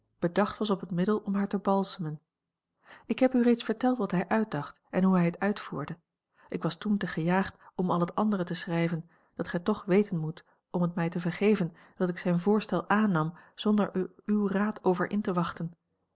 bedacht was op het middel om haar te balsemen ik heb u reeds verteld wat hij uitdacht en hoe hij het uitvoerde ik was toen te gejaagd om al het andere te schrijven dat gij toch weten moet om het mij te vergeven dat ik zijn voorstel aannam zonder er uw raad over in te wachten